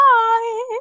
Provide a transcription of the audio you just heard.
bye